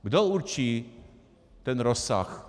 Kdo určí ten rozsah?